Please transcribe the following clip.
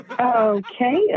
okay